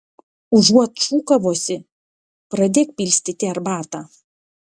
užuot šūkavusi pradėk pilstyti arbatą